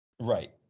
Right